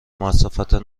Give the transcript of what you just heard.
مسافت